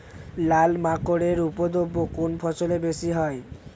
লাল মাকড় এর উপদ্রব কোন ফসলে বেশি হয়?